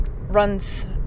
runs